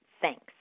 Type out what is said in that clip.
Thanks